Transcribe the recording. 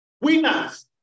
winners